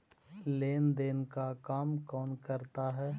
लेन देन का काम कौन करता है?